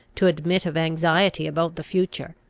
to admit of anxiety about the future.